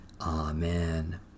Amen